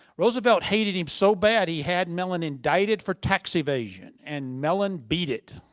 roosevelt hated him so bad, he had mellon indicted for tax evasion and mellon beat it.